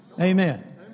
Amen